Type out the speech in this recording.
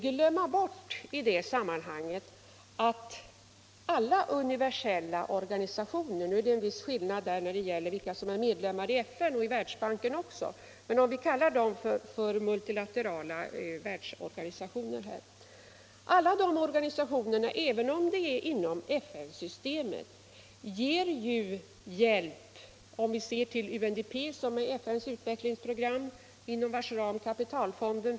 Men man får i sammanhanget inte glömma att alla universella organisationer — det är visserligen en viss skillnad på vilka som är medlemmar i FN och i Världsbanken, men vi kan ju ändå kalla dem alla för multilaterala världsorganisationer — ger hjälp även till sådana länder som vi kanske i vår direkta biståndspolitik inte skulle välja ut som mottagarländer.